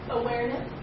awareness